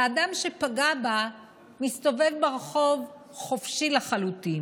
והאדם שפגע בה מסתובב ברחוב חופשי לחלוטין.